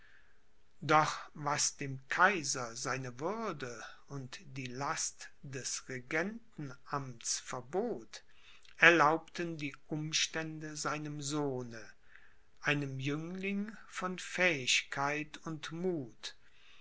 doch was dem kaiser seine würde und die last des regentenamts verbot erlaubten die umstände seinem sohne einem jüngling von fähigkeit und muth